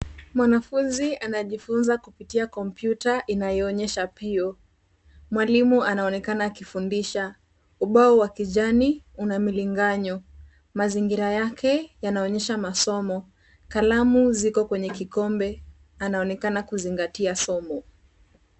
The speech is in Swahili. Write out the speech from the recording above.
Mwanafunzi anajifunza kupitia kompyuta inayoonyesha pio. Mwalimu anaonekana akifundisha. Ubao wa kijani una mlinganyo. Mazingira yake yanaonyesha masomo kalamu ziko kwenye kikombe. Anaonekana kuzingatia somo.